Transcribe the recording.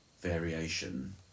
variation